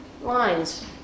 lines